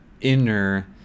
inner